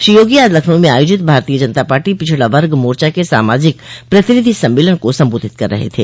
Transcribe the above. श्री योगी आज लखनऊ में आयोजित भारतीय जनता पार्टी पिछड़ा वग मोर्चा के सामाजिक प्रतिनिधि सम्मेलन को संबोधित कर रहे थे